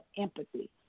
empathy